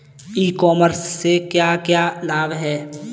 ई commerce से क्या क्या लाभ हैं?